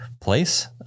place